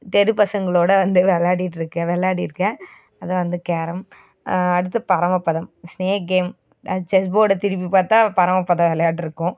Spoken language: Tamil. தெரு பசங்களோடய வந்து விளாடிட்ருக்கேன் விளாடிருக்கேன் அதுதான் வந்து கேரம் அடுத்து பரமபதம் ஸ்நேக் கேம் செஸ் போர்டை திருப்பி பார்த்தா பரமபதம் விளையாட்டு இருக்கும்